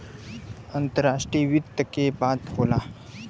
अंतराष्ट्रीय वित्त के बात होला